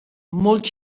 molt